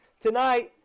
tonight